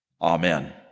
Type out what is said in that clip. Amen